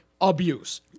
abuse